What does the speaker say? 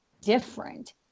different